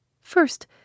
First